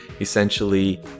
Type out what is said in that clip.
essentially